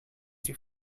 die